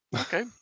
Okay